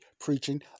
preaching